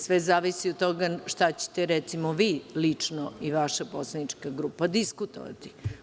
Sve zavisi od toga, šta ćemo recimo vi, lično, i vaša poslanička grupa diskutovati.